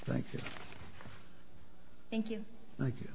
thank you thank you thank you